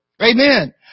Amen